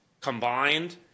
combined